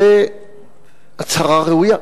זה הצהרה ראויה.